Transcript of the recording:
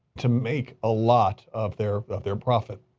to make a lot of their, of their profit.